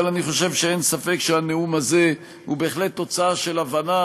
אבל אני חושב שאין ספק שהנאום הזה הוא בהחלט תוצאה של הבנה